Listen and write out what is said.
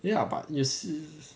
ya but you see